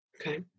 Okay